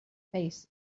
face